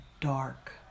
dark